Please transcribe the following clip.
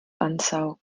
ansaugen